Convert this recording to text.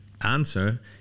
answer